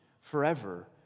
forever